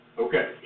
Okay